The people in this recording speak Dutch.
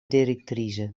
directrice